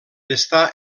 estar